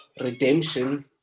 redemption